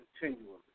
continually